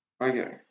Okay